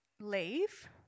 leave